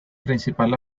principal